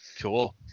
Cool